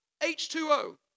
H2O